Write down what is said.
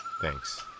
Thanks